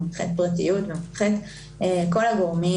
מומחית פרטיות ומומחית כל הגורמים